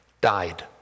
died